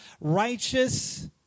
righteous